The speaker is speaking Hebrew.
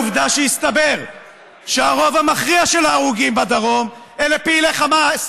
ועובדה שהסתבר שהרוב המכריע של ההרוגים בדרום אלה פעילי חמאס,